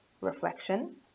reflection